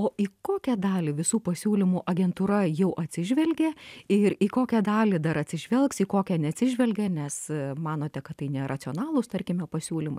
o į kokią dalį visų pasiūlymų agentūra jau atsižvelgė ir į kokią dalį dar atsižvelgs į kokią neatsižvelgė nes manote kad tai neracionalūs tarkime pasiūlymai